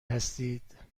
هستید